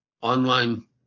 online